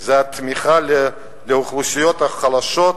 זה התמיכה לאוכלוסיות החלשות,